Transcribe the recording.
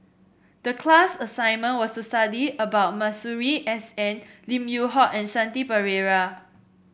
the class assignment was to study about Masuri S N Lim Yew Hock and Shanti Pereira